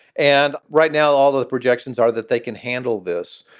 and right now, all of the projections are that they can handle this.